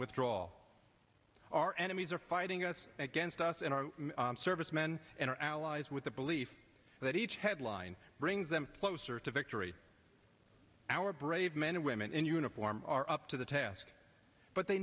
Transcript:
withdraw all our enemies are fighting us against us and our servicemen and our allies with the belief that each headline brings them closer to victory our brave men and women in uniform are up to the task but they